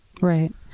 right